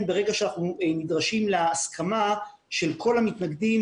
לכן ברגע שאנחנו נדרשים להסכמה של כל המתנגדים,